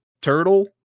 turtle